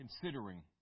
considering